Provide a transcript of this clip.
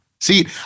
See